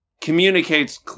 communicates